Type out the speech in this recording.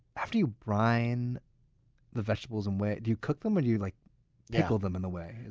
after you brine the vegetables in whey, do you cook them? or do you like pickle them in the whey?